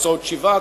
הוצאות שבעה,